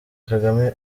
kagame